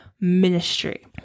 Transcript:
ministry